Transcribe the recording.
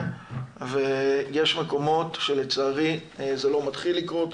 ויש מקומות שלצערי זה לא מתחיל לקרות,